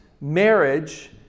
marriage